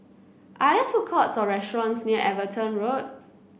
are there food courts or restaurants near Everton Road